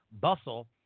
Bustle